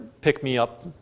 pick-me-up